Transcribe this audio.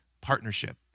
Partnership